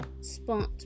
spot